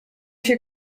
się